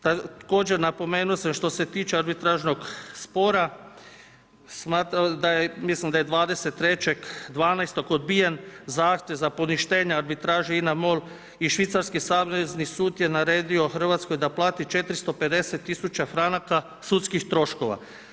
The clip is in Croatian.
Također napomenuo sam što se tiče arbitražnog spora, mislim da je 23. 12. odbijen zahtjev za poništenjem arbitraže INA-Mol i švicarski savezni sud je naredio Hrvatskoj da plati 450 000 franaka sudskih troškova.